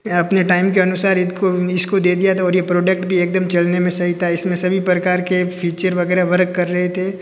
अपने टाइम के अनुसार इस को इस को दे दिया था और ये प्रोडक्ट भी एक दम चलने में सही था इसमें सभी प्रकार के फ़ीचर वग़ैरह वरक कर रहे थे